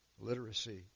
literacy